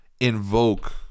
invoke